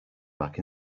back